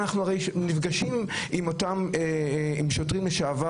אנחנו הרי נפגשים עם שוטרים לשעבר